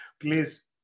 please